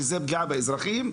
שזה פגיעה באזרחים,